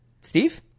Steve